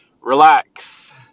relax